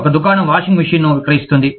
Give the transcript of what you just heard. ఒక దుకాణం వాషింగ్ మెషీన్ను విక్రయిస్తుంది